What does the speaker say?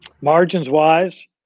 Margins-wise